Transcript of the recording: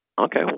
Okay